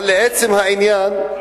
אבל לעצם העניין,